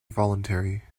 voluntary